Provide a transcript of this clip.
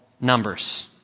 Numbers